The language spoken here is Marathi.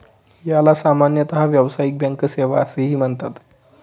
याला सामान्यतः व्यावसायिक बँक सेवा असेही म्हणतात